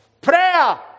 Prayer